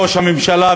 ראש הממשלה,